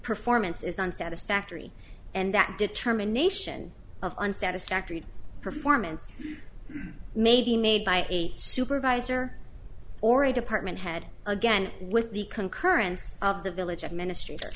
performance is on satisfactory and that determination of an satisfactory performance may be made by a supervisor or a department head again with the concurrence of the village administrator